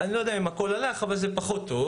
אני לא יודע אם הכול הלך, אבל זה פחות טוב.